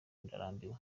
ndarambiwe